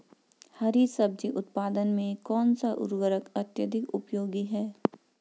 हरी सब्जी उत्पादन में कौन सा उर्वरक अत्यधिक उपयोगी है?